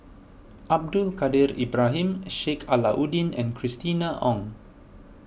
Abdul Kadir Ibrahim Sheik Alau'ddin and Christina Ong